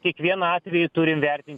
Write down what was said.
kiekvieną atvejį turim vertinti